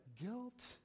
guilt